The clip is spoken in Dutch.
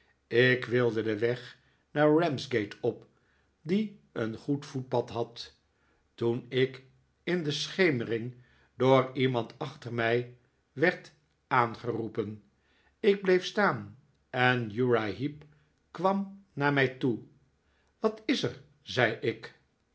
ik wilde den weg naar ramsgate op die een goed voetpad had toen ik in de schemering door iemand achter mij werd aangeroepen ik bleef staan en uriah heep kwam naar mij toe wat is er zei ik